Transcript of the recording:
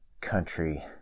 country